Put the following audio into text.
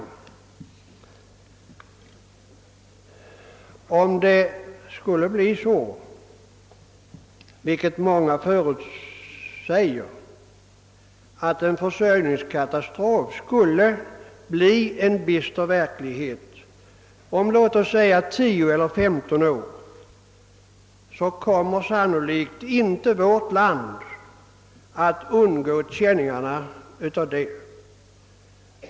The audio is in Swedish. Om, som många förutsäger, en = försörjningskatastrof skulle bli en bister verklighet inom låt oss säga 10 eller 15 år kommer vårt land sannolikt inte att undgå känningarna härav.